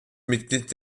mitglied